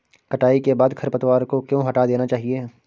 कटाई के बाद खरपतवार को क्यो हटा देना चाहिए?